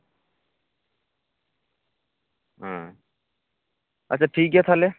ᱦᱮᱸ ᱟᱪᱪᱷᱟ ᱴᱷᱤᱠᱜᱮᱭᱟ ᱛᱟᱦᱞᱮ